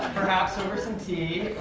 perhaps, over some tea